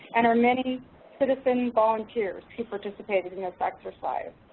and our many citizen volunteers who participated in this exercise.